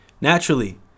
Naturally